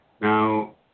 Now